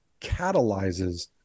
catalyzes